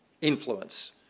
influence